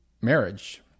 marriage